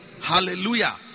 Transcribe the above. Hallelujah